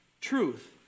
Truth